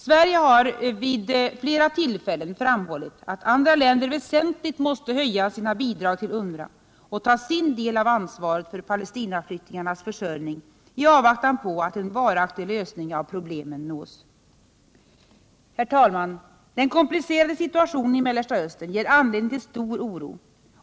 Sverige har vid flera tillfällen framhållit att andra länder väsentligt måste höja sina bidrag till UNRWA och ta sin del av ansvaret för Palestinaflyktingarnas försörjning i avvaktan på att en varaktig lösning av problemet nås. Herr talman! Den komplicerade situationen i Mellersta Östern ger anledning till stor oro.